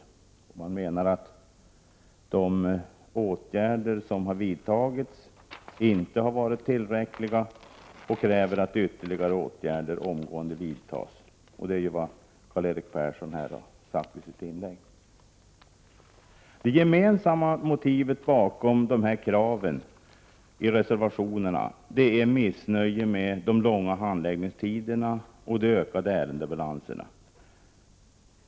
Reservanterna anser att de åtgärder som vidtagits inte har varit tillräckliga och kräver att ytterligare åtgärder omgående vidtas. Detta har Karl-Erik Persson framfört i sitt inlägg. Det gemensamma motivet bakom kraven i dessa tre reservationer är missnöje med de långa handläggningstiderna och de ökade ärendebalanserna.